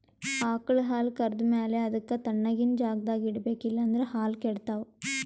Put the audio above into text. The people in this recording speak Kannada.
ಆಕಳ್ ಹಾಲ್ ಕರ್ದ್ ಮ್ಯಾಲ ಅದಕ್ಕ್ ತಣ್ಣಗಿನ್ ಜಾಗ್ದಾಗ್ ಇಡ್ಬೇಕ್ ಇಲ್ಲಂದ್ರ ಹಾಲ್ ಕೆಡ್ತಾವ್